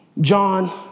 John